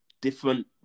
different